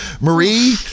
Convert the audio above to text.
Marie